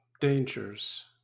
dangers